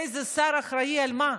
איזה שר אחראי למה,